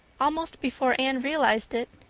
almost before anne realized it,